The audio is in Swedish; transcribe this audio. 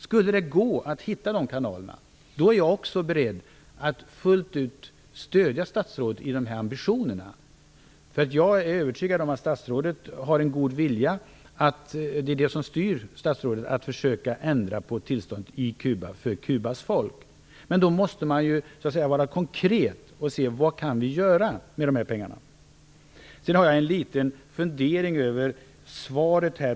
Skulle det gå att hitta de kanalerna är jag också beredd att fullt ut stödja statsrådet i de här ambitionerna. Jag är övertygad om att statsrådet har en god vilja, att det är den som styr statsrådet att försöka ändra på tillståndet i Kuba för Kubas folk. Men då måste man så att säga vara konkret och säga: Vad kan vi göra med de här pengarna? Sedan har jag en liten fundering över svaret.